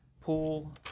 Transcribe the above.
pool